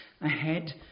ahead